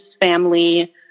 family